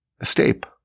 escape